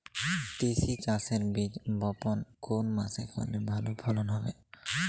তিসি চাষের বীজ বপন কোন মাসে করলে ভালো ফলন হবে?